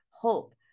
hope